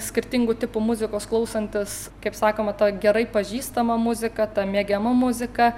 skirtingų tipų muzikos klausantis kaip sakoma ta gerai pažįstama muzika ta mėgiama muzika